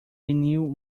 new